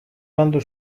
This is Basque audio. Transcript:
landu